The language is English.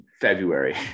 February